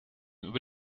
über